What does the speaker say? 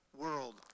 world